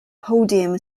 podium